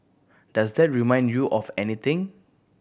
does that remind you of anything